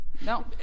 no